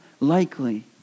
likely